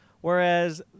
Whereas